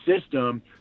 system